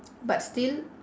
but still